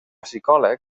psicòleg